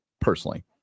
personally